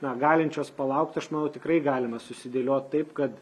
na galinčios palaukt aš manau tikrai galima susidėliot taip kad